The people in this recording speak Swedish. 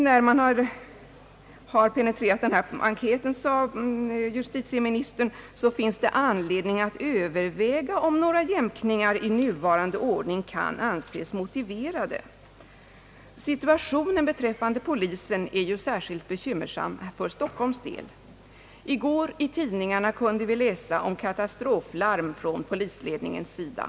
När man penetrerat denna enkät, sade justitieministern, finns det anledning överväga om några jämkningar i nuvarande ordning kan anses motiverade. Situationen beträffande polisen är synnerligen bekymmersam för Stockholms del. I går kunde vi i tidningarna läsa om katastroflarm från polisledningens sida.